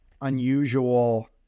unusual